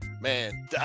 man